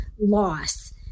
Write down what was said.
loss